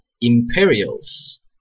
Imperials